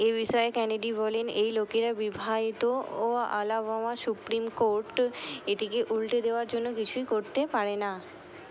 এ বিষয়ে ক্যানেডি বলেন এই লোকেরা বিবাহিত ও আলাবামা সুপ্রিম কোর্ট এটিকে উল্টে দেওয়ার জন্য কিছুই করতে পারে না